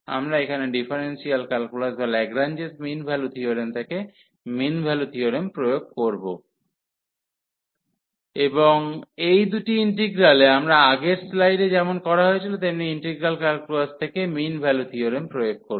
আমরা এখানে differential calculus বা ল্যাগ্রাঞ্জাস মিন ভ্যালু থিওরেম থেকে মিন ভ্যালু থিওরেম প্রয়োগ করব u1u2fxα fxαdxu1u2fx1dx ξ1ααΔα এবং এই দুটি ইন্টিগ্রালে আমরা আগের স্লাইডে যেমন করা হয়েছিল তেমন ইন্টিগ্রাল ক্যালকুলাস থেকে মিন ভ্যালু থিওরেম প্রয়োগ করব